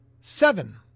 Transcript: Seven